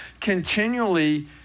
continually